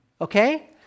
Okay